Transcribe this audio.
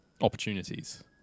opportunities